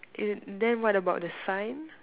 uh then what about the sign